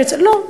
לא.